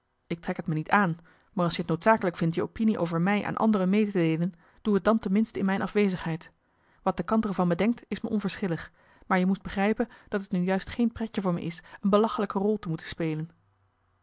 ik trek t me niet aan maar als je t noodzakelijk vindt je opinie over mij aan anderen mee te deelen doe t dan ten minste in mijn afwezigheid wat de kantere van me denkt is me onverschillig maar je moest begrijpen dat het nu juist geen pretje voor me is een belachelijke rol te moeten spelen